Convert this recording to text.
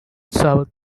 south